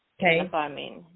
Okay